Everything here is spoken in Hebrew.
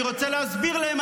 אני רוצה להסביר להם,